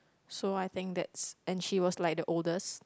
so I think that's and she was like the oldest